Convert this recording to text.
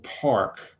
Park